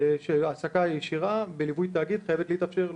של העסקה ישירה בליווי תאגיד, חייבת להתאפשר לו,